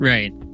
Right